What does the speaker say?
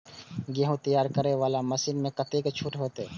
गेहूं तैयारी करे वाला मशीन में कतेक छूट होते?